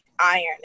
iron